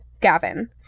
Gavin